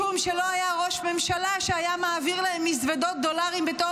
משום שלא היה ראש ממשלה שהיה מעביר להם מזוודות דולרים בתור